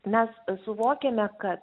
mes suvokiame kad